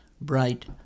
Bright